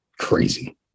Crazy